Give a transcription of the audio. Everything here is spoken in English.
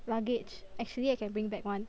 luggage actually I can bring back [one]